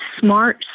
smart